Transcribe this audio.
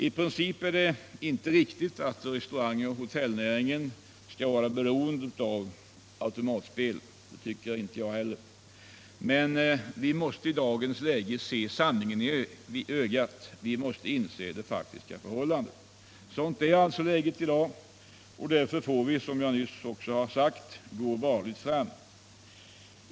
I princip är det inte riktigt att restaurangoch hotellnäringen skall vara beroende av automatspel, men i dagens läge måste vi se sanningen i ögat. Vi måste inse fakta — sådan är situationen i dag. Därför får vi, som jag nyss också har sagt, gå varligt fram.